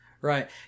Right